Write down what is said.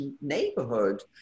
neighborhood